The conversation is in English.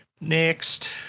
next